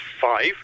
five